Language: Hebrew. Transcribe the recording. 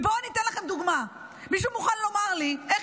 ובואו אני אתן לכם דוגמה: מישהו מוכן לומר לי איך